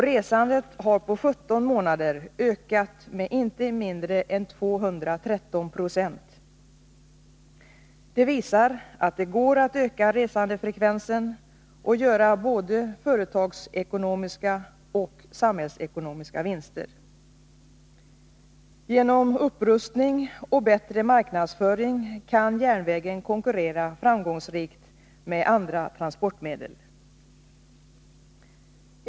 Resandet har på 17 månader ökat med inte mindre än 213 26. Det visar att det går att öka resandefrekvensen och göra både företagsekonomiska och samhällsekonomiska vinster. Genom upprustning och bättre marknadsföring kan järnvägen konkurrera framgångsrikt med andra transportmedel.